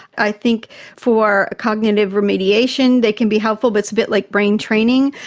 i think for cognitive remediation that can be helpful but it's a bit like brain training.